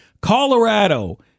Colorado